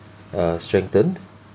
are strengthened